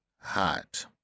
hot